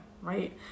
Right